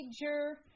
major